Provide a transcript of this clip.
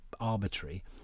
arbitrary